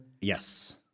Yes